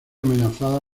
amenazada